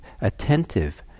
attentive